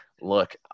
Look